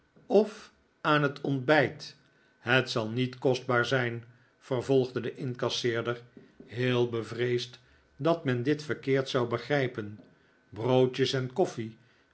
of aan het ontbijt het zal niet kostbaar zijn vervolgde de incasseerder heel bevreesd dat men dit verkeerd zou begrijpen broodjes en koffie